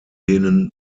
denen